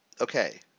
Okay